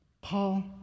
Paul